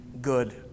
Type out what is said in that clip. good